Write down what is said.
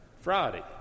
Friday